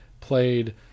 Played